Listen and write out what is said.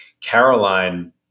Caroline